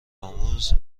آموز